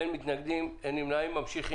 אין מתנגדים, אין נמנעים, סעיף